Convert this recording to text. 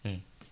mm